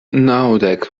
naŭdek